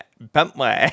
bentley